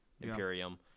Imperium